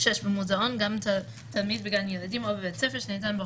6 במוזיאון גם תלמיד בגן ילדים או בבית ספר שניתן בו